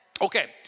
Okay